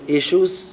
issues